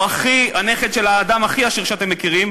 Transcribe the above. או לנכד של האדם הכי עשיר שאתם מכירים,